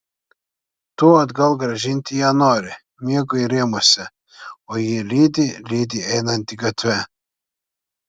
tu atgal grąžinti ją nori miegui rėmuose o ji lydi lydi einantį gatve